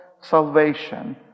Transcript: salvation